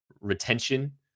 retention